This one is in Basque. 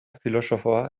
filosofoa